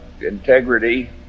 integrity